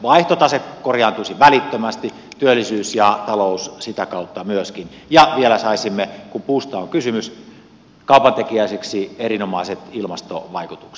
vaihtotase korjaantuisi välittömästi työllisyys ja talous sitä kautta myöskin ja vielä saisimme kun puusta on kysymys kaupantekijäisiksi erinomaiset ilmastovaikutukset